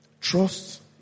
Trust